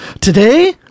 Today